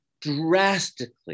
drastically